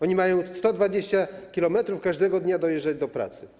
Oni mają 120 km każdego dnia dojeżdżać do pracy.